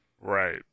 right